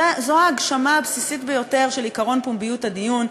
זו ההגשמה הבסיסית ביותר של עקרון פומביות הדיון.